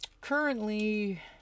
Currently